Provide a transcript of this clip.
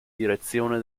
direzione